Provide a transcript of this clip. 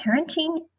parenting